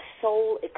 soul